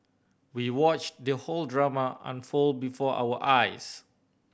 we watched the whole drama unfold before our eyes